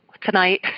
tonight